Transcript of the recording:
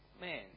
man